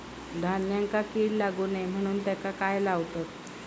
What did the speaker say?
धान्यांका कीड लागू नये म्हणून त्याका काय लावतत?